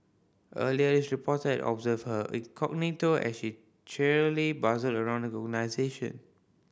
earlier this reporter observed her incognito as she cheerily bustled around the organisation